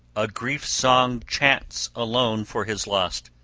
a grief-song chants alone for his lost.